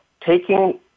taking